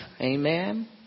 Amen